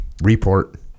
report